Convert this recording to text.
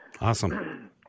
Awesome